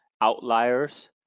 outliers